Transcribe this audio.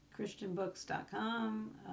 christianbooks.com